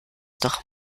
doch